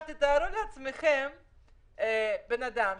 תתארו לעצמכם בן אדם,